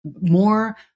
more